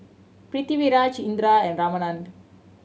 Pritiviraj Indira and Ramanand